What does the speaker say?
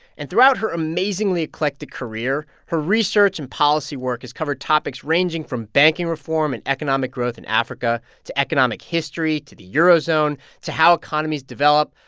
and throughout her amazingly eclectic career, her research and policy work has covered topics ranging from banking reform and economic growth in africa to economic history to the eurozone to how economies develop.